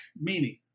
meaning